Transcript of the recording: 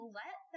let